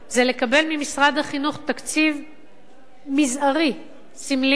זה לקבל ממשרד החינוך תקציב מזערי, סמלי,